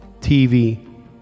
TV